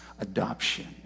adoption